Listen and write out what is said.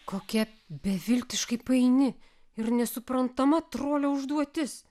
kokia beviltiškai paini ir nesuprantama trolio užduotis